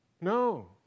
no